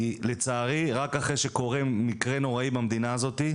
כי לצערי רק אחרי שקורים מקרה נוראי במדינה הזאת,